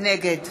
נגד